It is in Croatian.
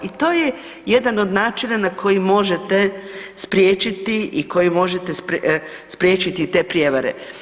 I to je jedan od načina na koji možete spriječiti i kojim možete spriječiti te prijevare.